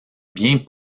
bien